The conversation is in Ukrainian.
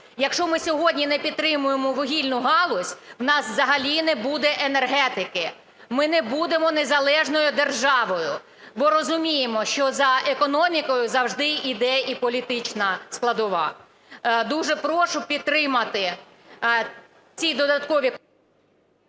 Якщо ми сьогодні не підтримаємо вугільну галузь, у нас взагалі не буде енергетики. Ми не будемо незалежною державою. Бо розуміємо, що за економікою завжди іде і політична складова. Дуже прошу підтримати ці додаткові…